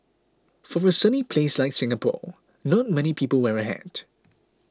for a sunny place like Singapore not many people wear a hat